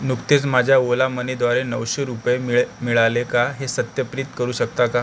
नुकतेच माझ्या ओला मनीद्वारे नऊशे रुपये मिळे मिळाले का हे सत्यापित करू शकता का